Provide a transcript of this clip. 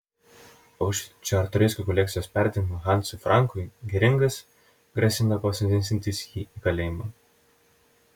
už čartoriskių kolekcijos perdavimą hansui frankui geringas grasino pasodinsiantis jį į kalėjimą